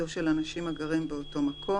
או של אנשים הגרים באותו מקום,